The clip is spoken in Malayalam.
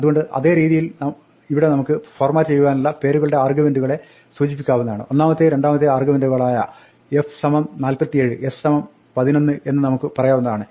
അതുകൊണ്ട് അതേരീതിയിൽ ഇവിടെ നമുക്ക് ഫോർമാറ്റ് ചെയ്യുവാനുള്ള പേരുകളുടെ ആർഗ്യുമെന്റുകളെ നമുക്ക് സൂചിപ്പിക്കാവുന്നതാണ് ഒന്നമാത്തെയും രണ്ടാമത്തെയും ആർഗ്യുമെന്റുകളായ f 47 s 11 എന്ന് നമുക്ക് പറയാവുന്നതാണ്